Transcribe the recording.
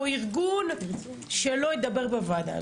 או ארגון שלא ידבר בוועדה הזאת.